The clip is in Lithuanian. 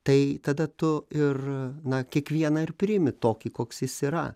tai tada tu ir na kiekvieną ir priimi tokį koks jis yra